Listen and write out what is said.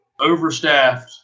overstaffed